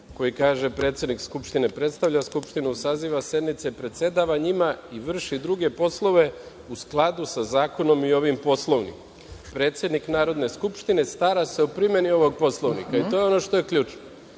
koji kaže – predsednik Skupštine predstavlja Skupštinu, saziva sednice, predsedava njima i vrši druge poslove u skladu sa zakonom i ovim Poslovnikom. Predsednik Narodne skupštine stara se o primeni ovog Poslovnika. To je ono što je ključno.